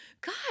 God